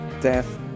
death